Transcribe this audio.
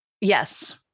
Yes